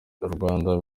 rwanda